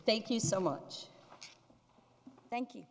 thank you so much thank you